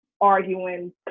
arguing